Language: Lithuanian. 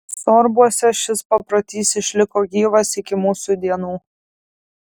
sorbuose šis paprotys išliko gyvas iki mūsų dienų